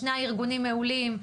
שני הארגונים מעולים,